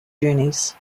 journeys